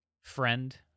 Friend